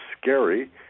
scary